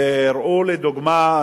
והראו לי דוגמה,